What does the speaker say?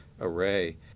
array